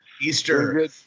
Easter